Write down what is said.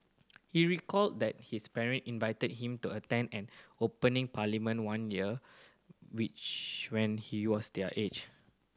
he recalled that his parent invited him to attend an opening Parliament one year which when he was their age